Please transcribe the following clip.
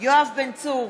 יואב בן צור,